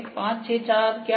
5 6 4 क्या है